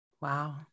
Wow